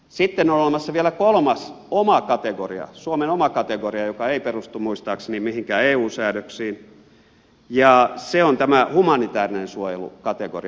sitten on olemassa vielä kolmas oma kategoria suomen oma kategoria joka ei perustu muistaakseni mihinkään eu säädöksiin ja se on tämä humanitäärinen suojelukategoria